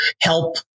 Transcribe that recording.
help